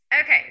okay